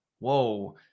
whoa